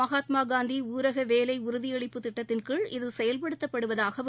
மகாத்மாகாந்தி ஊரக வேலை உறுதி திட்டத்தின் கீழ் இது செயல்படுத்தப்படுவதாகவும்